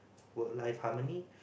work life harmony